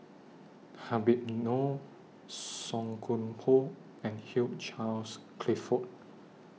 Habib Noh Song Koon Poh and Hugh Charles Clifford